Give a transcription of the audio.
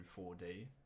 4d